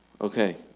Okay